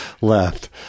Left